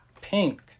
pink